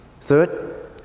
Third